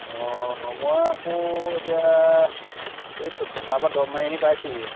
অ মই আকৌ এতিয়া এই পথাৰৰ পৰা দৰৱ মাৰি আহি পাইছোঁহিহে